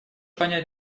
понять